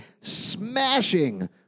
smashing